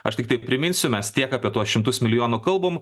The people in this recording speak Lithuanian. aš tiktai priminsiu mes tiek apie tuos šimtus milijonų kalbam